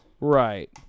Right